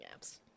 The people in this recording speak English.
apps